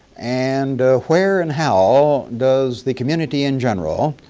and where and how does the community in general